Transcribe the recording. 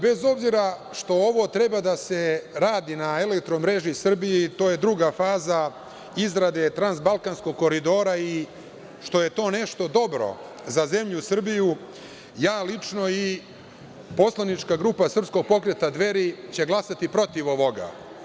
Bez obzira što treba da se radi na elektromreži Srbije, to je druga faza izrade Transbalkanskog koridora i što je to nešto dobro za zemlju Srbiju, ja lično i Poslanička grupa Srpskog pokreta Dveri će glasati protiv ovoga.